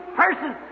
person